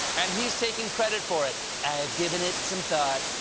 and he's taking credit for it. i've given it some thought,